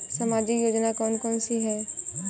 सामाजिक योजना कौन कौन सी हैं?